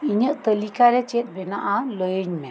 ᱤᱧᱟᱹᱜ ᱛᱟᱞᱤᱠᱟᱨᱮ ᱪᱮᱫ ᱢᱮᱱᱟᱜᱼᱟ ᱞᱟᱹᱭᱟᱹᱧ ᱢᱮ